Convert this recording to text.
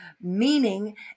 meaning